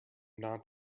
not